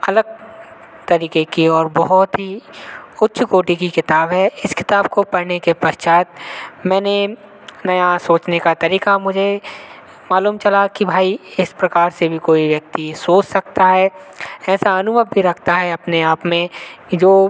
अलग तरीके की और बहुत ही उच्च कोटि की किताब है इस किताब को पढ़ने के पश्चात मैंने नया सोचने का तरीका मुझे मालूम चला कि भाई इस प्रकार से भी कोई व्यक्ति सोच सकता है ऐसा अनुभव भी रखता है अपने आप में कि जो